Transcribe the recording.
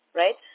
right